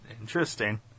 Interesting